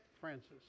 Francis